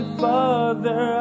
father